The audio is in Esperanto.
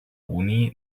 oni